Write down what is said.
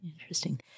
Interesting